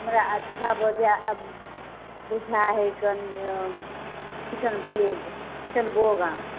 हमरा अच्छा बजै बुझाइयत है कनि तऽ किशनभोग किशनभोग आम